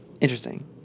interesting